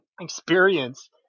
experience